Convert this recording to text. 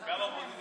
בספורט (תיקון מס' 3 והוראת שעה),